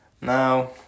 Now